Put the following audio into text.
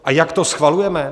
A jak to schvalujeme?